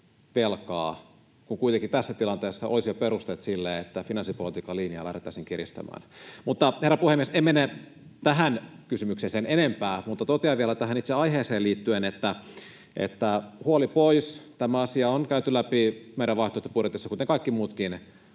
velkaa, kun kuitenkin tässä tilanteessa olisi jo perusteet sille, että finanssipolitiikan linjaa lähdettäisiin kiristämään. Mutta, herra puhemies, en mene tähän kysymykseen sen enempää, totean vielä tähän itse aiheeseen liittyen, että huoli pois, tämä asia on käyty läpi meidän vaihtoehtobudjetissamme, kuten kaikki muutkin